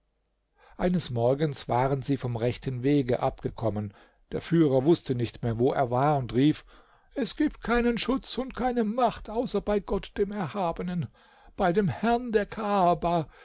eines morgens waren sie vom rechten wege abgekommen der führer wußte nicht mehr wo er war und rief es gibt keinen schutz und keine macht außer bei gott dem erhabenen bei dem herrn der kaaba